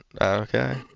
Okay